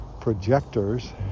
projectors